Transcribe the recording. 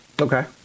Okay